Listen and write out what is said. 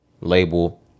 label